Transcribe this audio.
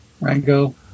Rango